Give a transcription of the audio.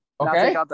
Okay